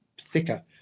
thicker